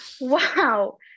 Wow